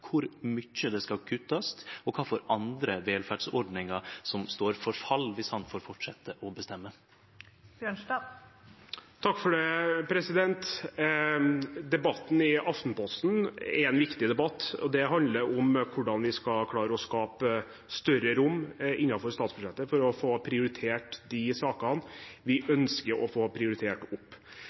kor mykje det skal kuttast, og kva for andre velferdsordningar som står for fall om han får fortsetje å bestemme? Debatten i Aftenposten er en viktig debatt, og det handler om hvordan vi skal klare å skape større rom innen statsbudsjettet for å få prioritert opp de sakene vi ønsker.